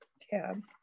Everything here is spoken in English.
tab